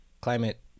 climate